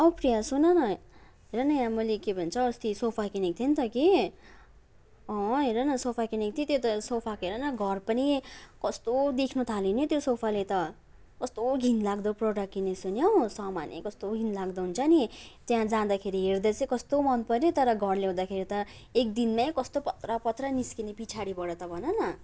औ प्रिया सुन न हेर न यहाँ मैले के भन्छ अस्ति सोफा किनेको थिएँ नि त कि अँ हेर न सोफा किनेको थिएँ त्यो त सोफा हेर न घर पनि कस्तो देख्नु थाल्यो नि हौ त्यो सोफाले त कस्तो घिनलाग्दो प्रडक्ट किनेछु नि हौ सामान नै कस्तो घिनलाग्दो हुन्छ नि त्यहाँ जाँदाखेरि हेर्दा चाहिँ कस्तो मनपऱ्यो तर घर ल्याउँदाखेरि त एक दिनमै कस्तो पत्रापत्रा निस्किने पछाडिबाट त भन न